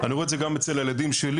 אני רואה את זה גם אצל הילדים שלי,